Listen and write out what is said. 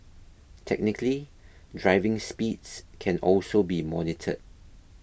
technically driving speeds can also be monitored